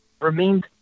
remained